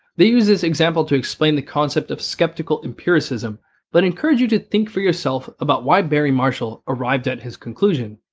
they use this example to explain the concept of skeptical empiricism but encourage you to think for yourself about why barry marshall arrived at that his conclusion.